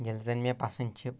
ییٚلہِ زَن مےٚ پَسنٛد چھِ